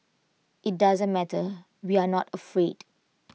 IT doesn't matter we are not afraid